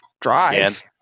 drive